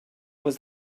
was